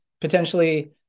potentially